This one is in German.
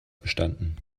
bestanden